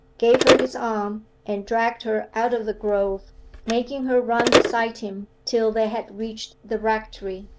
gave her his arm, and dragged her out of the grove making her run beside him till they had reached the rectory.